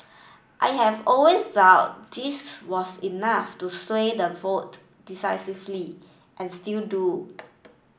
I have always doubt this was enough to sway the vote decisively and still do